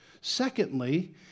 Secondly